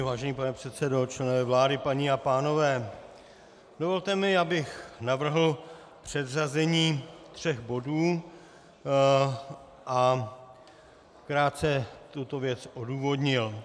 Vážený pane předsedo, členové vlády, paní a pánové, dovolte mi, abych navrhl předřazení tří bodů a krátce tuto věc odůvodnil.